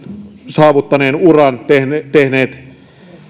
saavuttaneen uran tehneet tehneet